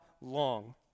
long